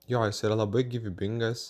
jo jis yra labai gyvybingas